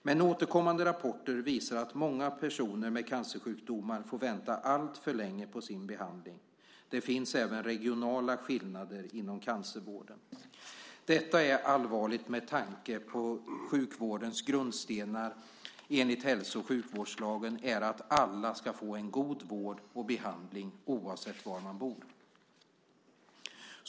Men återkommande rapporter visar att många personer med cancersjukdomar får vänta alltför länge på sin behandling. Det finns även regionala skillnader inom cancervården. Detta är allvarligt med tanke på att sjukvårdens grundstenar enligt hälso och sjukvårdslagen är att alla ska få en god vård och behandlig oavsett var man bor.